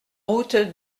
route